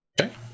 Okay